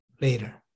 later